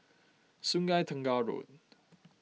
Sungei Tengah Road